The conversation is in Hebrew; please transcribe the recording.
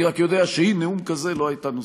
אני רק יודע שהיא, נאום כזה לא הייתה נושאת,